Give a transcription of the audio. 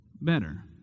better